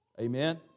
Amen